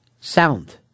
Sound